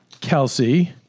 Kelsey